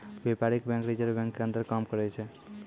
व्यपारीक bank reserve bank के अंदर काम करै छै